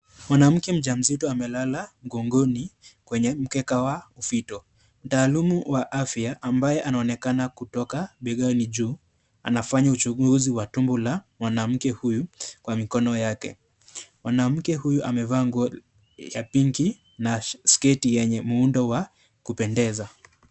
Mwanamke mjamzito amelala mgongoni kwenye mkeka wa mvito, mtaalamu wa afya ambaye anaonekana kutoka mabegani juu, anafanya uchunguzi wa tumbo la mwanamke huyu kwa mikono yake, mwanamke huyu amevaa nguo ya pinki sketi yenye muundo wa kupendeza.